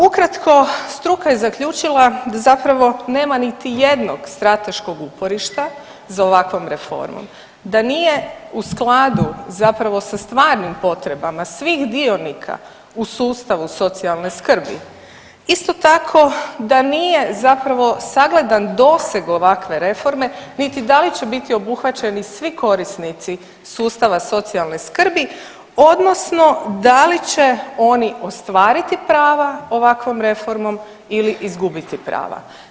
Ukratko, struka je zaključila da zapravo nema niti jednog strateškog uporišta za ovakvom reformom, da nije u skladu sa stvarnim potrebama svih dionika u sustavu socijalne skrbi, isto tako da nije sagledan doseg ovakve reforme niti da li će biti obuhvaćeni svi korisnici sustava socijalne skrbi odnosno da li će oni ostvariti prava ovakvom reformom ili izgubiti prava.